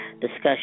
discussion